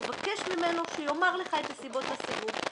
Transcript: תבקש ממנו שיאמר לך את סיבות הסיווג.